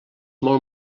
molt